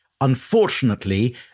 Unfortunately